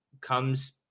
comes